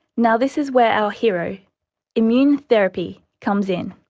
now this is where our hero immune therapy comes in.